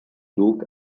duc